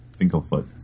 Finklefoot